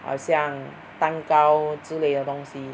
好像蛋糕之类的东西